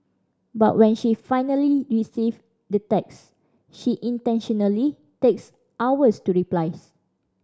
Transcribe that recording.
but when she finally receive the text she intentionally takes hours to replys